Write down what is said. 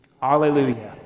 Hallelujah